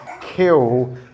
kill